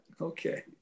Okay